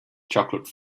chocolate